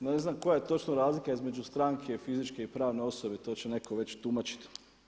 ne znam koja je točno razlika između stranke fizičke i pravne osobe i to će neko već tumačiti.